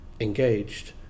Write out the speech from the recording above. engaged